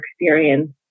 experience